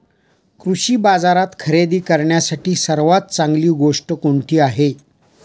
कृषी बाजारात खरेदी करण्यासाठी सर्वात चांगली गोष्ट कोणती आहे?